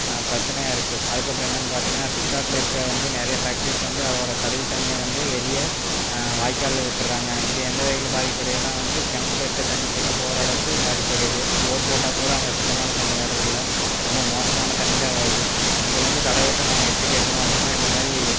பிரச்சனையாக இருக்குது அதுக்கப்புறம் என்னென்னு பார்த்திங்கனா சிப்காட்டில் இருக்க வந்து நிறைய ஃபேக்ட்ரிஸ் வந்து அதோட கழிவு தண்ணியை வந்து வெளியே வாய்க்காலில் விட்டுடுறாங்க இது எந்த வகையில் பாதிப்படையுதுனா வந்து கிணத்துல இருக்க தண்ணி கெட்டு போகிற அளவுக்கு பாதிப்படையுது போர் போட்டால் கூட அங்கே சுத்தமான தண்ணி வர்றதில்லை ரொம்ப மோசமான தண்ணி தான் வருது இது வந்து தலைவர்ட்டே நாங்கள் எப்படி கேக்கிறோம் அப்புடின்னா இந்த மாதிரி